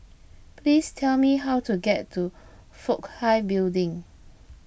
please tell me how to get to Fook Hai Building